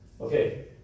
Okay